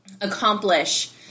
accomplish